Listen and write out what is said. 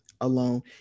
alone